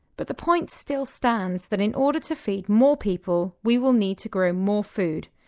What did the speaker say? but the point still stands that in order to feed more people we will need to grow more food,